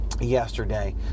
yesterday